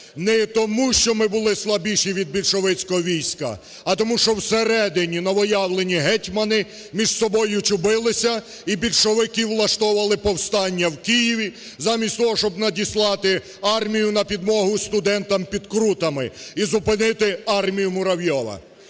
не тому, що ми були слабші від більшовицького війська, а тому що в середині новоявлені гетьмани між собою чубилися і більшовики влаштовували повстання в Києві, замість того, щоб надіслати армію на підмогу студентам під Крутами і зупинити армію Муравйова.